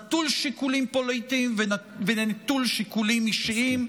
נטול שיקולים פוליטיים ונטול שיקולים אישיים,